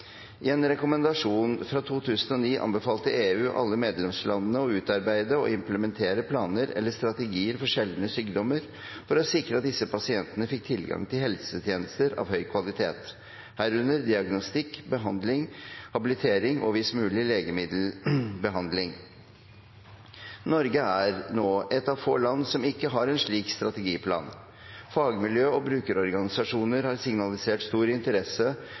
i hele Europa for å bedre livsvilkårene for små pasientgrupper med alvorlige og komplekse sykdommer. I en rekommandasjon fra 2009 anbefalte EU alle medlemslandene å utarbeide og implementere planer eller strategier for sjeldne sykdommer. Norge er nå et de få land som ikke har en slik strategiplan. På dette feltet bør det være spesielt viktig å tenke effektivitet og